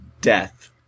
death